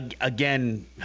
again